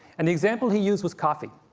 and the example he used was coffee.